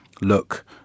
look